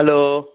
hello